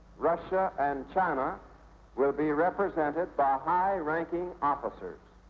russia, and china will be represented by high-ranking officers.